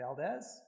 Valdez